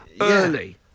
early